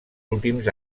últims